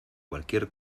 cualquier